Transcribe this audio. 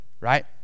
Right